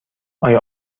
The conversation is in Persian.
آیا